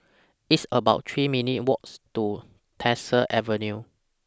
It's about three minute Walks to Tyersall Avenue